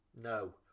No